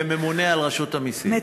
וממונה על רשות המסים.